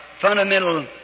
fundamental